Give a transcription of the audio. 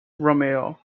romeo